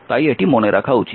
তাই এটি মনে রাখা উচিত